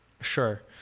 Sure